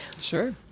Sure